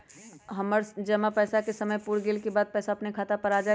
हमर जमा पैसा के समय पुर गेल के बाद पैसा अपने खाता पर आ जाले?